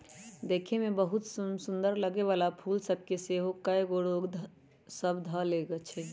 देखय में बहुते समसुन्दर लगे वला फूल सभ के सेहो कएगो रोग सभ ध लेए छइ